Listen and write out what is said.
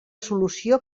solució